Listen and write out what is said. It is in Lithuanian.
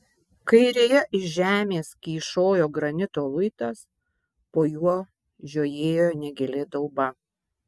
kairėje iš žemės kyšojo granito luitas po juo žiojėjo negili dauba